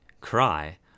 Cry